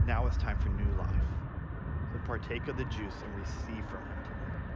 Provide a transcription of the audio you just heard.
now it's time for new life so partake of the juice and receive from him today.